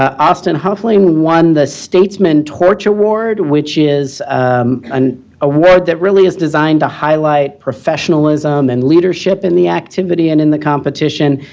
ah austin huffling won the statesman torch award, which is an award that really is designed to highlight professionalism and leadership in the activity and in the competition.